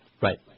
Right